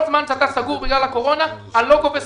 כל זמן שאתה סגור בגלל הקורונה אני לא גובה שכירות.